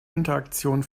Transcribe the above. interaktion